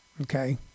okay